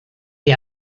que